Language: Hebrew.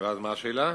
ואז מה השאלה?